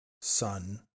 son